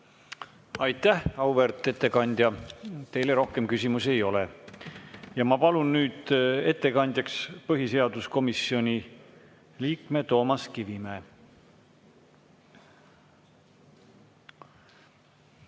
Aitäh, auväärt ettekandja! Teile rohkem küsimusi ei ole. Ma palun nüüd ettekandjaks põhiseaduskomisjoni liikme Toomas Kivimäe.